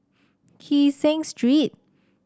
Kee Seng Street